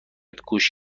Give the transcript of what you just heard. گوش